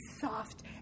soft